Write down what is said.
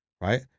right